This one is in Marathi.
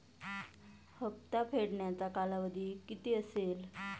हप्ता फेडण्याचा कालावधी किती असेल?